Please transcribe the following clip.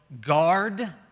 guard